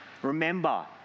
Remember